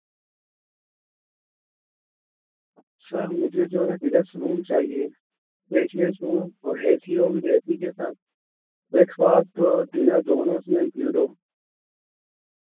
سر مجھے جو ہے نا ڈڈس روم چاہیے اسپیشیئس ہو اور اے سی اور ود اے سی کے ساتھ بریک فاسٹ اور ڈنر دونوں اس میں انکلیوڈ ہو